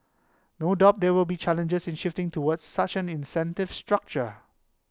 no doubt there will be challenges in shifting towards such an incentive structure